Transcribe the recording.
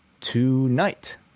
tonight